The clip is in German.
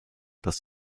dass